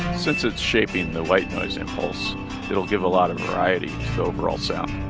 since it's shaping the white noise impulse it'll give a lot of variety to the overall sound